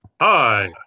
Hi